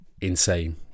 insane